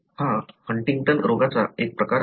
हा हंटिंग्टन रोगाचा एक प्रकार आहे